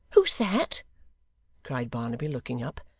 who's that cried barnaby, looking up.